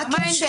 מה הקשר?